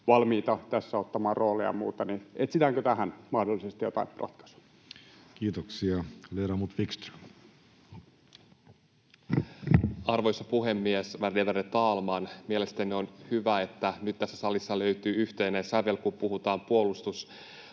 valmiita tässä ottamaan roolia ja muuta. Etsitäänkö tähän mahdollisesti jotain ratkaisua? Kiitoksia. — Ledamot Wickström. Arvoisa puhemies, värderade talman! Mielestäni on hyvä, että nyt tässä salissa löytyy yhteinen sävel, kun puhutaan puolustusasioista,